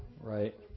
right